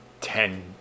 ten